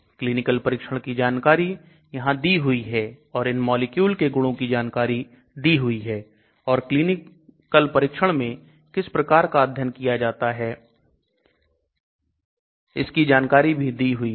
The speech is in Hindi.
क्लीनिकल परीक्षण की जानकारी यहां दी हुई है और इन मॉलिक्यूल के गुणों की जानकारी दी हुई है और क्लीनिकल परीक्षण में किस प्रकार का अध्ययन किया गया है इसकी जानकारी भी दी हुई है